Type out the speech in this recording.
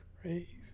crazy